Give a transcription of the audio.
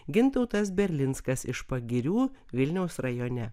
gintautas berlinskas iš pagirių vilniaus rajone